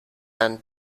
and